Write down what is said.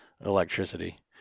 electricity